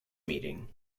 meeting